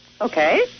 Okay